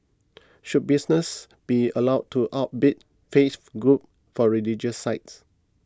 should businesses be allowed to outbid faith groups for religious sites